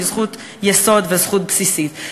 שהיא זכות יסוד וזכות בסיסית.